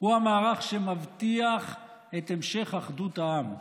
הוא המערך שמבטיח את המשך אחדות העם.